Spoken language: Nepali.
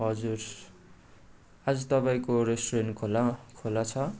हजुर आज तपाईँको रेस्टुरेन्ट खुला खुला छ